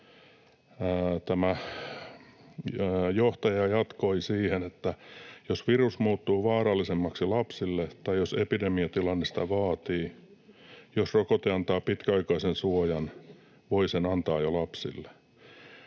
Tämä johtaja jatkoi: ”Jos virus muuttuu vaarallisemmaksi lapsille tai jos epidemiatilanne sitä vaatii. Jos rokote antaa pitkäaikaisen suojan, voi sen antaa jo lapsille.”